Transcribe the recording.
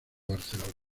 barcelona